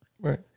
Right